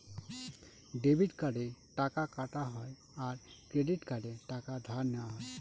debit কার্ডে টাকা কাটা হয় আর ক্রেডিট কার্ডে টাকা ধার নেওয়া হয়